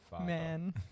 man